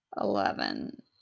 Eleven